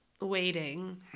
waiting